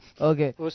Okay